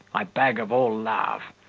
i beg, of all love,